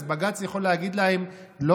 אז בג"ץ יכול להגיד להם: לא,